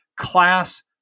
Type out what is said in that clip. class